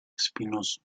espinoso